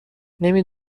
نمی